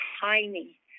tiny